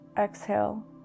Exhale